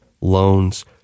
loans